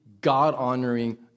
God-honoring